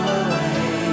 away